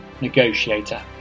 Negotiator